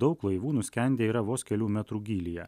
daug laivų nuskendę yra vos kelių metrų gylyje